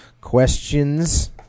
Questions